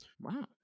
wow